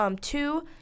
two